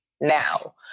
now